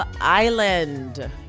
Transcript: Island